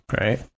right